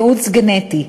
ייעוץ גנטי,